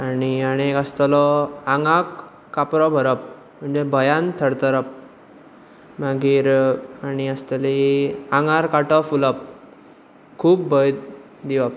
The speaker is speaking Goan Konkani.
आनी आनी एक आसतलो आंगाक कापरो भरप म्हणजे भंयान थर थरप मागीर आनी आसतले आंगार कांटो फुलप खूब भंय दिवप